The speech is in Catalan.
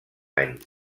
anys